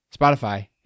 spotify